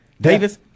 Davis